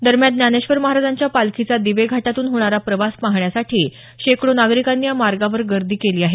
दरम्यान ज्ञानेश्वर महाराजांच्या पालखीचा दिवे घाटातून होणारा प्रवास पाहण्यासाठी शेकडो नागरिकांनी या मार्गावर गर्दी केली आहे